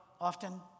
often